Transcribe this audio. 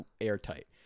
airtight